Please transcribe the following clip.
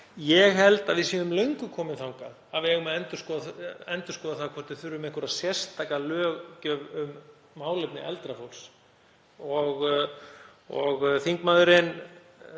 Ég held að við séum löngu komin þangað að við eigum að endurskoða það hvort við þurfum sérstaka löggjöf um málefni eldra fólks. Þingmaðurinn